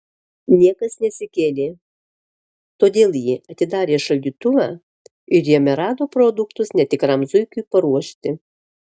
niekas nesikėlė todėl ji atidarė šaldytuvą ir jame rado produktus netikram zuikiui paruošti